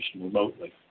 remotely